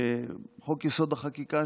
חוק-יסוד: החקיקה,